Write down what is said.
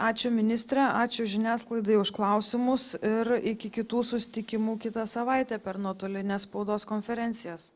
ačiū ministre ačiū žiniasklaidai už klausimus ir iki kitų susitikimų kitą savaitę per nuotolines spaudos konferencijas